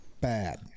bad